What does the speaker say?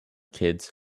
kids